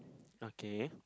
okay